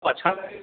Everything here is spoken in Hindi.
अच्छा लगेगा